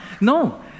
No